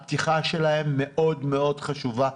הפתיחה שלהם מאוד מאוד חשובה,